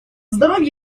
здоровье